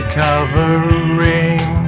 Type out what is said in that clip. covering